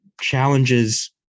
challenges